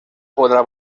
podrá